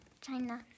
China